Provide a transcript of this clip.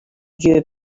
you